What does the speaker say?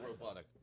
robotic